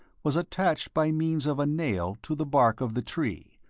was attached by means of a nail to the bark of the tree,